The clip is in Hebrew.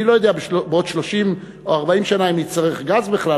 אני לא יודע בעוד 30 או 40 שנה אם נצטרך גז בכלל,